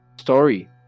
story